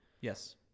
Yes